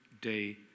day